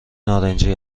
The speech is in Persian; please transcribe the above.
نارنجی